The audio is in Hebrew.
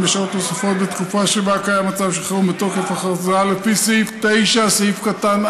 בשעות נוספות בתקופה שבה קיים מצב של חירום בתוקף הכרזה לפי סעיף 9(א)